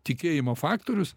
tikėjimo faktorius